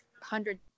hundred